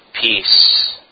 Peace